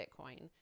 Bitcoin